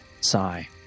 sigh